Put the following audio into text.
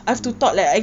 mm